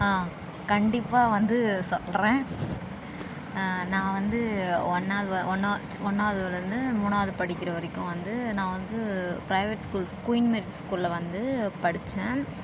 ஆ கண்டிப்பாக வந்து சொல்கிறேன் நான் வந்து ஒன்றாவது ஒன்றா ஒன்றாவதுலேருந்து மூணாவது படிக்கிற வரைக்கும் வந்து நான் வந்து ப்ரைவேட் ஸ்கூல்ஸ் குயின் மேரி ஸ்கூல்ல வந்து படித்தேன்